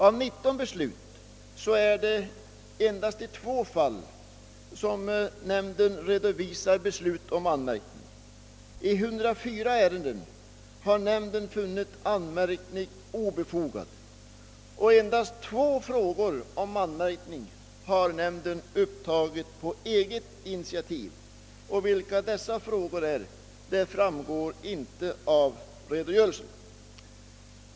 Av 19 beslut utmynnar endast två i anmärkning. I 104 ärenden har nämnden funnit anmärkning vara obefogad. Endast två frågor om anmärkning har nämnden upptagit på eget initiativ. Vilka dessa frågor är framgår inte av redogörelsen.